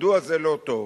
מדוע זה לא טוב?